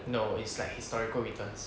no it's like historical returns